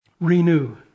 Renew